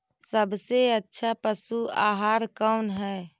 सबसे अच्छा पशु आहार कौन है?